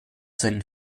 sein